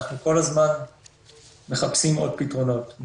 אנחנו כל הזמן מחפשים עוד פתרונות.